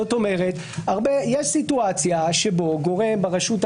זאת אומרת, יש סיטואציה שבה גורם ברשות המבצעת,